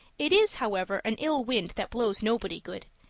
it is, however, an ill wind that blows nobody good,